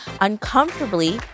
uncomfortably